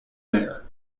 there